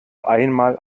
einmal